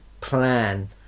plan